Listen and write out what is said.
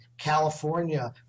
California